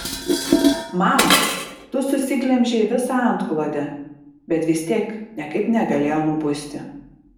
mama tu susiglemžei visą antklodę bet vis tiek niekaip negalėjo nubusti